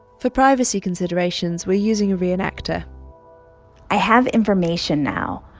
for privacy considerations, we're using a reenactor i have information now.